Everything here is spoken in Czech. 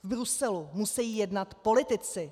V Bruselu musejí jednat politici.